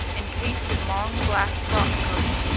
encased in long black frock-coats,